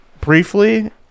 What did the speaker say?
briefly